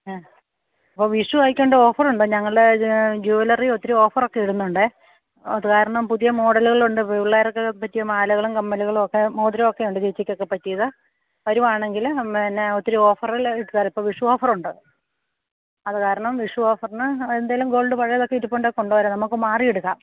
മ്മ് അപ്പോള് വിഷു ആയിക്കൊണ്ട് ഓഫറുണ്ട് ഞങ്ങളുടെ ജ്യൂലറി ഒത്തിരി ഓഫറൊക്കെ ഇടുന്നുണ്ടേ കാരണം പുതിയ മോഡലുകളുണ്ട് പിള്ളേർക്കു പറ്റിയ മാലകളും കമ്മലുകളുമൊക്കെ മോതിരമൊക്കെ ഉണ്ട് ചേച്ചിക്കൊക്കെ പറ്റിയത് വരുവാണെങ്കില് പിന്നെ ഒത്തിരി ഓഫറുകള് വിഷു ഓഫറുണ്ട് അതുകാരണം വിഷു ഓഫറിന് എന്തേലും ഗോൾഡ് പഴയതൊക്കെ ഇരിപ്പുണ്ടെങ്കില് കൊണ്ടുപോരൂ നമുക്കു മാറിയെടുക്കാം